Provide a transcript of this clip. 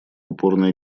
упорно